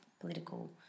political